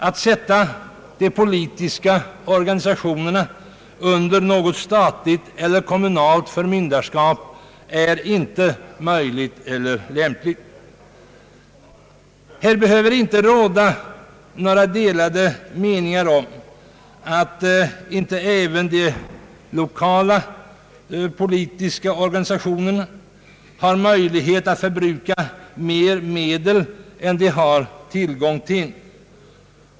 Att sätta de politiska organisationerna under något statligt eller kommunalt förmynderskap är inte möjligt eller lämpligt. Det behöver inte råda några delade meningar om att inte även de lokala politiska organisationerna har möjlighet att förbruka mera medel än de har tillgång till.